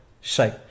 shape